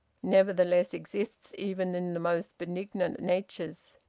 nevertheless exists even in the most benignant natures.